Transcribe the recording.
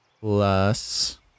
plus